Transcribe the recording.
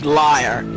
liar